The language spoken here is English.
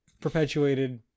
perpetuated